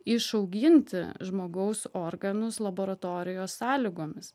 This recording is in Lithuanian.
išauginti žmogaus organus laboratorijos sąlygomis